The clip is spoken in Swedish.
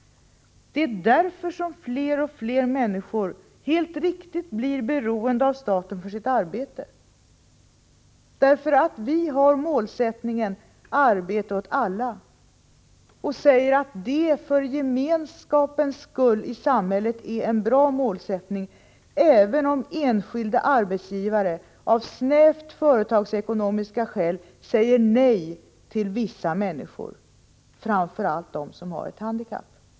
Det är därför som fler och fler människor helt riktigt blir beroende av staten för sitt arbete. Vi har målsättningen arbete åt alla och hävdar att det för gemenskapens skull i samhället är en bra målsättning, även om enskilda arbetsgivare av snävt företagsekonomiska skäl säger nej till vissa människor, framför allt till dem som har ett handikapp.